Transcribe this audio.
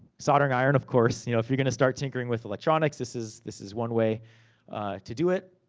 soldering iron, of course. you know, if you're gonna start tinkering with electronics, this is this is one way to do it.